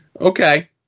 Okay